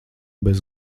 bez